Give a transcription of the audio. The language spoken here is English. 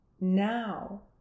now